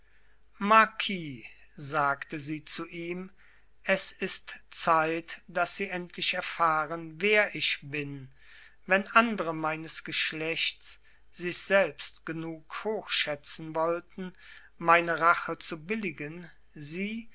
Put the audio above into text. marquis sagte sie zu ihn es ist zeit daß sie endlich erfahren wer ich bin wenn andre meines geschlechts sich selbst genug hochschätzen wollten meine rache zu billigen sie